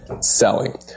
selling